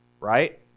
Right